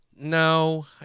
No